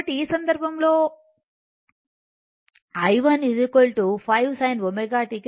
కాబట్టి ఈ సందర్భంలో i1 5 sin ω t